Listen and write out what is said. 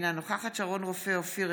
אינה נוכחת שרון רופא אופיר,